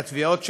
לתביעות שלהם,